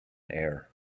air